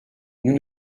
nous